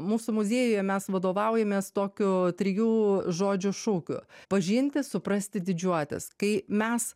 mūsų muziejuje mes vadovaujamės tokiu trijų žodžių šūkiu pažinti suprasti didžiuotis kai mes